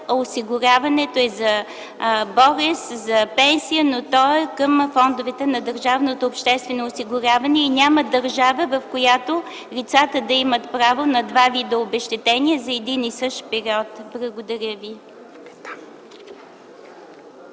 осигуряването е за болест, за пенсия, но то е към фондовете на държавното обществено осигуряване. Няма държава, в която лицата да имат право на два вида обезщетение за един и същ период. Благодаря ви.